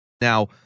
Now